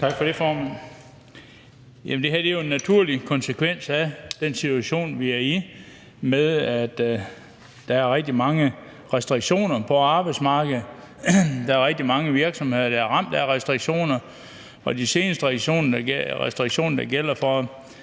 Det her er jo en naturlig konsekvens af den situation, vi er i, med, at der er rigtig mange restriktioner på arbejdsmarkedet. Der er rigtig mange virksomheder, der er ramt af restriktioner, og med de seneste restriktioner, der gælder for